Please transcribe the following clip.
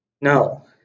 No